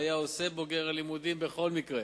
שבוגר הלימודים היה עושה בכל מקרה.